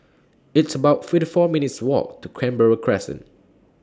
It's about fifty four minutes' Walk to Canberra Crescent